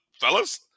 Fellas